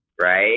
right